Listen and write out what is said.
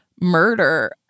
murder